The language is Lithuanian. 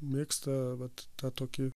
mėgsta vat tą tokį